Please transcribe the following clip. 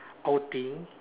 outing